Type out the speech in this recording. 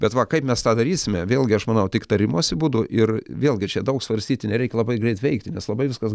bet va kaip mes tą darysime vėlgi aš manau tik tarimosi būdu ir vėlgi čia daug svarstyti nereik labai greit veikti nes labai viskas